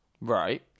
right